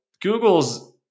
Google's